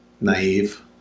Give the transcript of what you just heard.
naive